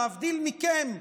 להבדיל מכם,